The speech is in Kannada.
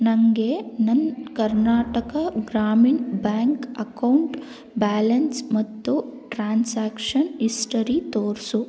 ನನಗೆ ನನ್ನ Karnataka Grameen bank account balance ಮತ್ತು ಟ್ರಾನ್ಸಾಕ್ಷನ್ ಇಸ್ಟರಿ ತೋರಿಸು